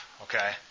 Okay